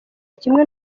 kimwe